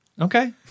okay